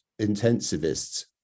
intensivists